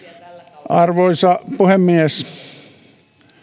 arvoisa puhemies